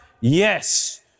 Yes